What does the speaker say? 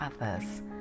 others